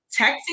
texting